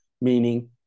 meaning